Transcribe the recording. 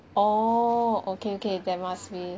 oh okay okay that must be